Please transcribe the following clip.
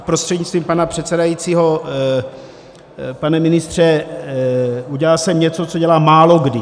Prostřednictvím pana předsedajícího pane ministře, udělal jsem něco, co dělám málokdy.